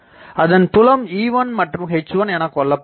அதன் புலம் E1 மற்றும் H1 எனக் கொள்ளப்படுகிறது